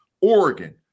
Oregon